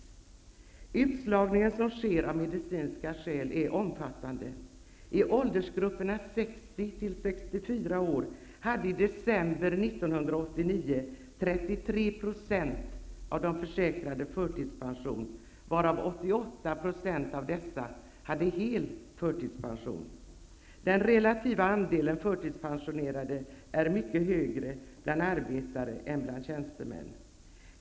Den utslagning som sker av medicinska skäl är omfattande. I åldersgruppen 60--64 år hade i december 1989 33 % av de försäkrade förtidspension. 88 % av dessa hade hel förtidspension. Den relativa andelen förtidspensionerade är mycket högre bland arbetare än bland tjänstemän.